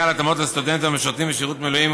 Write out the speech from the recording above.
להתאמות לסטודנטים המשרתים בשירות מילואים,